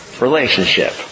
relationship